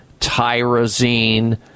tyrosine